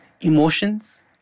emotions